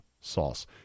sauce